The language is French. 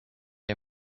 est